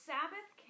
Sabbath